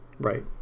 Right